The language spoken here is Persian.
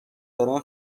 دارن